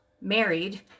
married